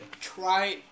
try